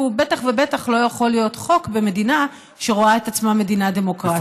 והוא בטח ובטח לא יכול להיות חוק במדינה שרואה את עצמה מדינה דמוקרטית.